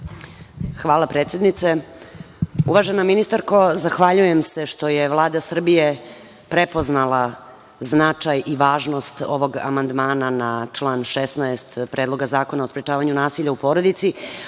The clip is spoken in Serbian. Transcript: Hvala, predsednice. Uvažena ministarko, zahvaljujem se što je Vlada Srbije prepoznala značaj i važnost ovog amandmana na član 16. Predloga zakona o sprečavanju nasilja u porodici,